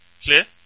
Clear